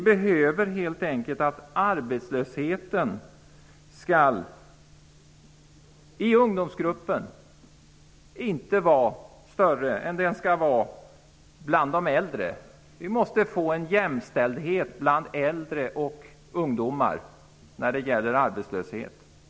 Arbetslösheten i ungdomsgruppen skall helt enkelt inte vara större än bland de äldre. Vi måste få till stånd jämställdhet mellan äldre och ungdomar när det gäller arbetslösheten.